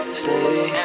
steady